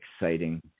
exciting